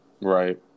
Right